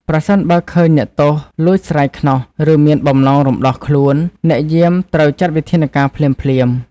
ប្រសិនបើឃើញអ្នកទោសលួចស្រាយខ្នោះ ឬមានបំណងរំដោះខ្លួន អ្នកយាមត្រូវចាត់វិធានការភ្លាមៗ។